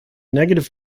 negative